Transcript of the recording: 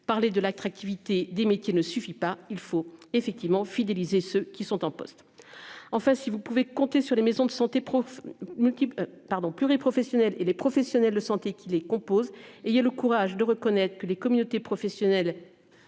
parler de l'attractivité des métiers ne suffit pas, il faut effectivement fidéliser ceux qui sont en poste. En fait, si vous pouvez compter sur les maisons de santé prof multiple pardon pur et professionnels et les professionnels de santé qui les composent. Et il y a le courage de reconnaître que les communautés professionnelles.